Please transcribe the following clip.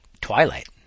twilight